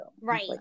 Right